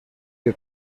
que